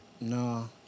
No